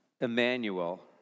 Emmanuel